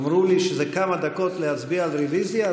אמרו לי שזה כמה דקות להצביע על רוויזיה,